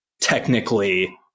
technically